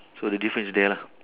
so the difference is there lah